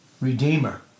redeemer